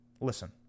listen